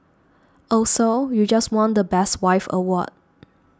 also you just won the best wife award